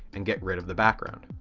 and get rid of the background.